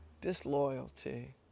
disloyalty